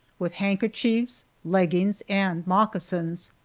with handkerchiefs, leggings, and moccasins.